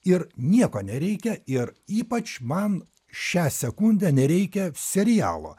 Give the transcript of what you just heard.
ir nieko nereikia ir ypač man šią sekundę nereikia serialo